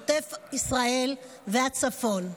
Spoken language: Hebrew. עוטף ישראל והצפון,